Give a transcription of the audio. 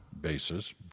bases